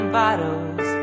bottles